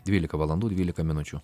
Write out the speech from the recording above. dvylika valandų dvylika minučių